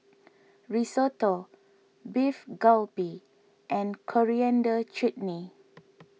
Risotto Beef Galbi and Coriander Chutney